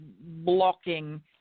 blocking